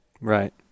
Right